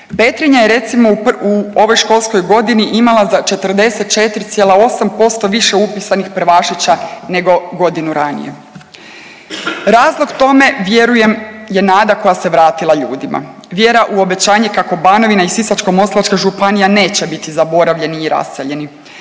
Petrinja je recimo u ovoj školskoj godini imala za 44,8% više upisanih prvašića nego godinu ranije. Razlog tome vjerujem je nada koja se vratila ljudima. Vjera u obećanje kako Banovina i Sisačko-moslavačka županija neće biti zaboravljeni i raseljeni.